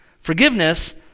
Forgiveness